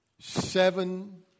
seven